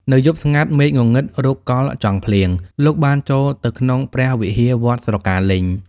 នៅយប់ស្ងាត់ មេឃងងឹតរកកល់ចង់ភ្លៀង លោកបានចូលទៅក្នុងព្រះវិហារវត្តស្រកាលេញ។